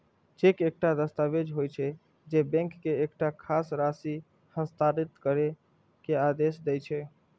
cheque एकटा दस्तावेज होइ छै, जे बैंक के एकटा खास राशि हस्तांतरित करै के आदेश दै छै